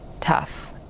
tough